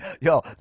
Yo